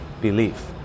belief